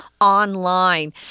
online